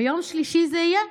ביום שלישי זה יהיה.